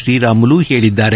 ಶ್ರೀರಾಮುಲು ಹೇಳಿದ್ದಾರೆ